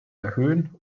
erhöhen